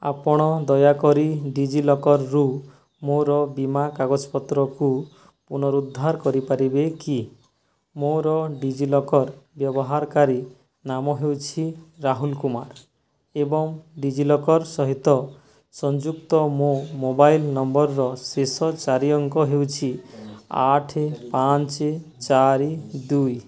ଆପଣ ଦୟାକରି ଡିଜିଲକର୍ରୁ ମୋର ବୀମା କାଗଜପତ୍ରକୁ ପୁନରୁଦ୍ଧାର କରିପାରିବେ କି ମୋର ଡିଜିଲକର୍ ବ୍ୟବହାରକାରୀ ନାମ ହେଉଛି ରାହୁଲ କୁମାର ଏବଂ ଡିଜିଲକର୍ ସହିତ ସଂଯୁକ୍ତ ମୋ ମୋବାଇଲ୍ ନମ୍ବର୍ର ଶେଷ ଚାରି ଅଙ୍କ ହେଉଛି ଆଠ ପାଞ୍ଚ ଚାରି ଦୁଇ